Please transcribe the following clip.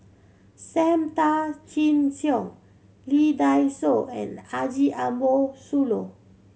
Sam Tan Chin Siong Lee Dai Soh and Haji Ambo Sooloh